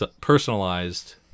personalized